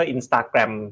Instagram